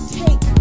take